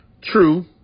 True